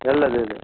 ಎಲ್ಲದು ಇದೆ